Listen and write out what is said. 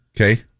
Okay